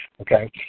Okay